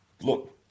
look